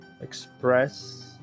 express